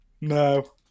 No